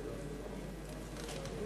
(הישיבה